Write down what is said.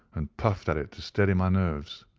and puffed at it to steady my nerves,